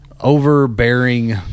overbearing